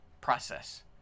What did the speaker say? process